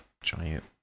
giant